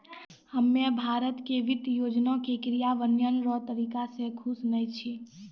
हम्मे भारत के वित्त योजना के क्रियान्वयन रो तरीका से खुश नै छी